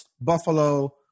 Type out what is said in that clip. buffalo